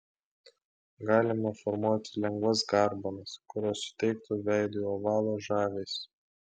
galima formuoti lengvas garbanas kurios suteiktų veidui ovalo žavesį